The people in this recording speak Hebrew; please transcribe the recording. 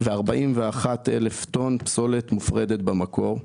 ו-41,000 טון פסולת מופרדת במקור,